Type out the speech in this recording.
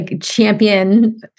champion